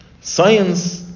Science